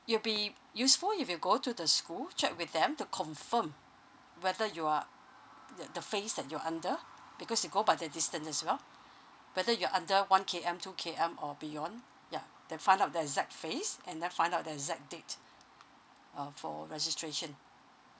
it'll be useful if you go to the school check with them to confirm whether you are the the phase that you're under because you go by the distance as well whether you're under one K_M two K_M or beyond ya then find out the exact phase and then find out the exact date uh for registration